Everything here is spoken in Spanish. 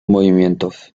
movimientos